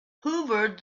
hoovered